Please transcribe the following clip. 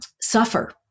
suffer